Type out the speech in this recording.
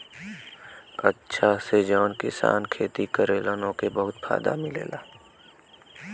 अचछा से जौन किसान खेती करलन ओके बहुते फायदा मिलला